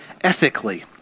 ethically